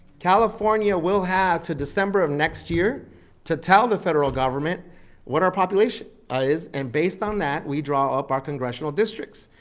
california will have to december of next year to tell the federal government what our population, and based on that we draw up our congressional districts.